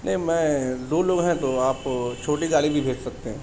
نہیں میں دو لوگ ہیں تو آپ چھوٹی گاڑی بھی بھیج سکتے ہیں